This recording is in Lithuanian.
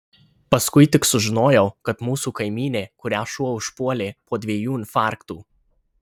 paskui tik sužinojau kad mūsų kaimynė kurią šuo užpuolė po dviejų infarktų